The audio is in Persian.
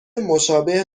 مشابه